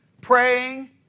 praying